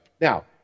Now